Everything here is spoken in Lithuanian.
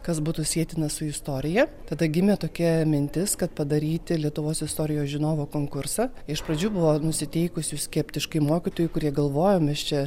kas būtų sietina su istorija tada gimė tokia mintis kad padaryti lietuvos istorijos žinovo konkursą iš pradžių buvo nusiteikusių skeptiškai mokytojų kurie galvojo mes čia